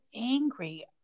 angry